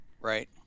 Right